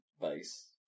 base